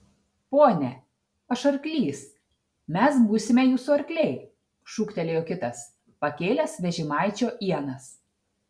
pone aš arklys mes būsime jūsų arkliai šūktelėjo kitas pakėlęs vežimaičio ienas